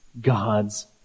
God's